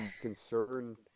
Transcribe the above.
concern